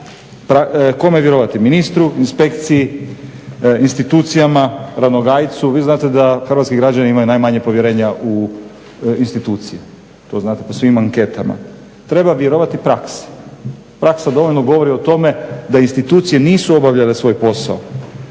kome vjerovati – ministru, inspekciji, institucijama, Ranogajcu. Vi znate da hrvatski građani imaju najmanje povjerenja u institucije. To znate po svim anketama. Treba vjerovati praksi. Praksa dovoljno govori o tome da institucije nisu obavljale svoj posao.